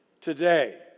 today